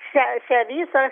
šią visą